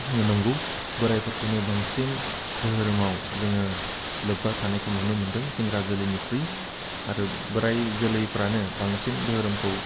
जोङो नोंगौ बोराइफोरखौनो बांसिन धोरोमाव जोङो लोब्बा थानायखौ नुनो मोनदों सेंग्रा जोलैनिख्रुइ आरो बोराइ जोलैफ्रानो बांसिन धोरोमखौ